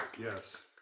Yes